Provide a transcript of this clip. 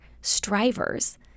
strivers